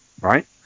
right